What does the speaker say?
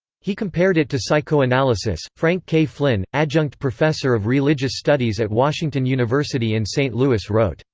he compared it to psychoanalysis frank k. flinn, adjunct professor of religious studies at washington university in st. louis wrote,